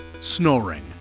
snoring